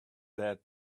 dead